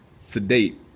sedate